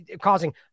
Causing